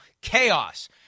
chaos